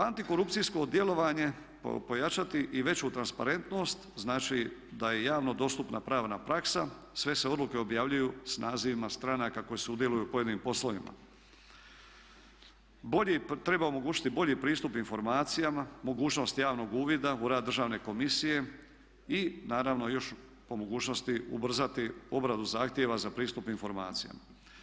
Antikorupcijsko djelovanje pojačati i veću transparentnost znači da je javno dostupna pravna praksa, sve se odluke objavljuju s nazivima stranaka koje sudjeluju u pojedinim poslovima, treba omogućiti bolji pristup informacijama, mogućnost javnog uvida u rad državne komisije i naravno još po mogućnosti ubrzati obradu zahtjeva za pristup informacijama.